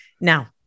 Now